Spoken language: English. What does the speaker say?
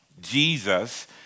Jesus